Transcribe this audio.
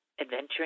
adventuring